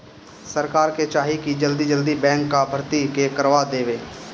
सरकार के चाही की जल्दी जल्दी बैंक कअ भर्ती के करवा देवे